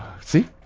see